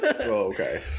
Okay